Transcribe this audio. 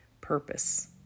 purpose